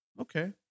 okay